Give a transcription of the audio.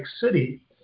City